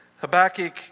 Habakkuk